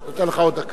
אני נותן לך עוד דקה.